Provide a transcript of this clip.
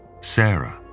Sarah